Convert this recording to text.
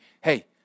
hey